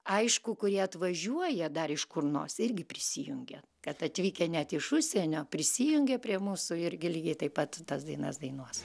aišku kurie atvažiuoja dar iš kur nors irgi prisijungia kad atvykę net iš užsienio prisijungia prie mūsų irgi lygiai taip pat tas dainas dainuos